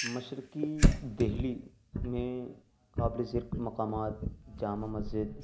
مشرقی دہلی میں قابلِ ذکر مقامات جامع مسجد